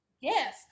yes